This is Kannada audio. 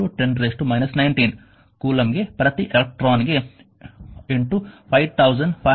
602 10 −19 ಕೂಲಂಬ್ಗೆ ಪ್ರತಿ ಎಲೆಕ್ಟ್ರಾನ್ಗೆ 5524